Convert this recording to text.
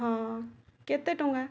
ହଁ କେତେ ଟଙ୍କା